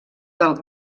del